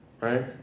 Right